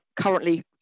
currently